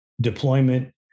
Deployment